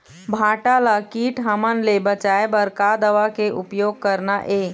भांटा ला कीट हमन ले बचाए बर का दवा के उपयोग करना ये?